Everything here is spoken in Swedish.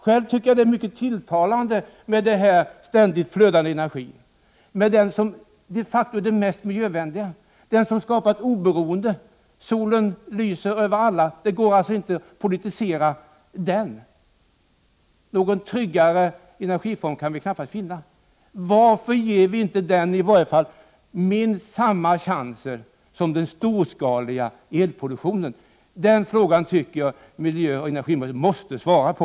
Själv tycker jag det är mycket tilltalande med denna ständigt flödande energi, som de facto är den mest miljövänliga energin och som skapar oberoende. Solen lyser över alla — det går inte att politisera den. Någon tryggare energiform kan vi knappast finna. Varför ger vi inte den energin minst samma chanser som den storskaliga elproduktionen? Den frågan tycker jag att miljöoch energiministern måste svara på.